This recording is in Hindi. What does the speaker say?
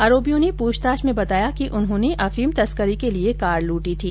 आरोपियों ने पूछताछ में बताया कि उन्होने अफीम तस्करी के लिये कार लूटी थी